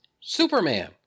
Superman